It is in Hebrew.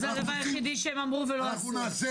זה הדבר היחידי שהם אמרו ולא עשו?